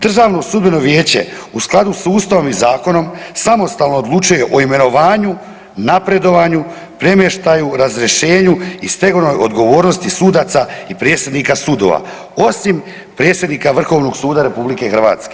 Državno sudbeno vijeće u skladu sa Ustavom i zakonom samostalno odlučuje o imenovanju, napredovanju, premještaju, razrješenju i stegovnoj odgovornosti sudaca i predsjednika sudova osim predsjednika Vrhovnog suda RH.